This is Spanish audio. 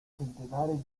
centenares